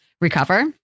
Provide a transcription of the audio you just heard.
recover